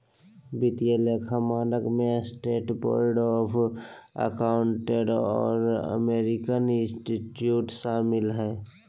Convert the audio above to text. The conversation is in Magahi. वित्तीय लेखा मानक में स्टेट बोर्ड ऑफ अकाउंटेंसी और अमेरिकन इंस्टीट्यूट शामिल हइ